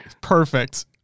perfect